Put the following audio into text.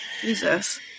Jesus